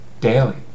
daily